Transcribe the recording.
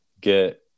get